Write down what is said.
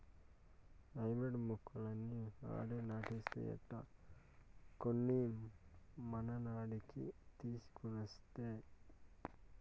hybrid మొక్కలన్నీ ఆడే నాటేస్తే ఎట్టా, కొన్ని మనకాడికి తీసికొనొస్తా